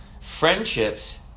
friendships